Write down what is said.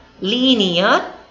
linear